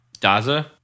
Daza